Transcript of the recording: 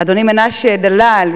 אדוני מנשה דלל,